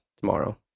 tomorrow